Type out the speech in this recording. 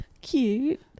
cute